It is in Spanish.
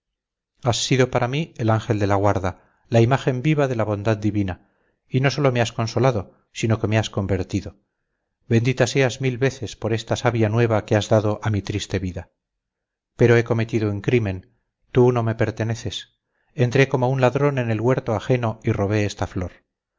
has sido para mí el ángel de la guarda la imagen viva de la bondad divina y no sólo me has consolado sino que me has convertido bendita seas mil veces por esta savia nueva que has dado a mi triste vida pero he cometido un crimen tú no me perteneces entré como un ladrón en el huerto ajeno y robé esta flor